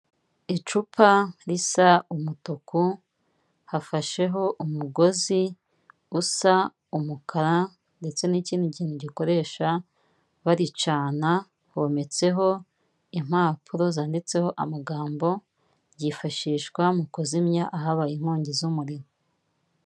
Icupa risa umutuku hafasheho umugozi usa umukara ndetse n'ikindi kintu gikoresha baricana, hometseho impapuro zanditseho amagambo, ryifashishwa mu kuzimya ahabaye inkongi z'umuriro.